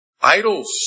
idols